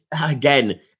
again